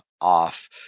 off